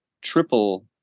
triple